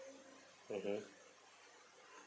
mmhmm